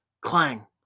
clang